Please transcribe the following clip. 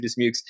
Dismukes